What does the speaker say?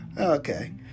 okay